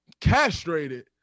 castrated